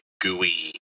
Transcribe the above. gooey